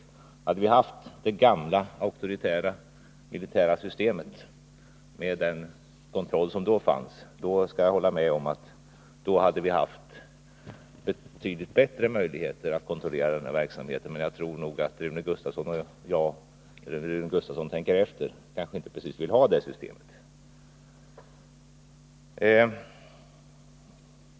Jag håller med om att hade vi haft det gamla, auktoritära militära systemet, med den kontroll som då fanns, hade vi haft betydligt bättre möjligheter att kontrollera den här verksamheten. Men jag tror nog att Rune Gustavsson om han tänker efter kanske inte precis vill ha det systemet.